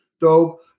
dope